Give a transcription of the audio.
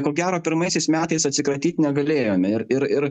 ko gero pirmaisiais metais atsikratyt negalėjome ir ir ir